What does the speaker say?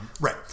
right